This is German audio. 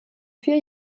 vier